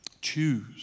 Choose